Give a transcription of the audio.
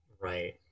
Right